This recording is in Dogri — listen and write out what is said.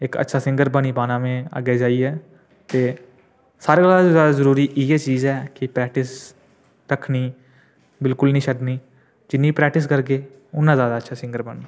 इक अच्छा सिंगर बनी पाना में अग्गें जाइयै ते सारें कोला जैदा जरूरी इ'यै चीज ऐ कि प्रैक्टिस रक्खनी बिल्कुल निं छोड़नी जिन्नी प्रैक्टिस करगे उन्ना जैदा अच्छा सिंगर बनना